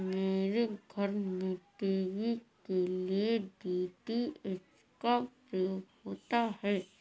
मेरे घर में टीवी के लिए डी.टी.एच का प्रयोग होता है